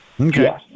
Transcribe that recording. Okay